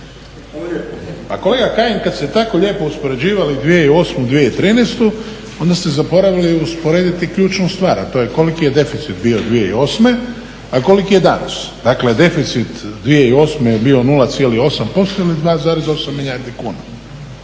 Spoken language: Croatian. Pa kolega Kajin, kad ste tako lijepo uspoređivali 2008. i 2013., onda ste zaboravili usporediti ključnu stvar, a to je koliki je deficit bio 2008., a koliki je danas. Dakle, deficit 2008. je bio 0,8% ili 2,8 milijardi kuna.